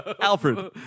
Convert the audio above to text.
Alfred